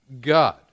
God